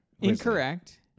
Incorrect